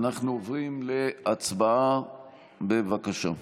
אנחנו עוברים להצבעה, בבקשה.